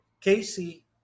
Casey